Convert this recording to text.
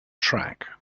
track